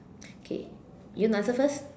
okay you want to answer first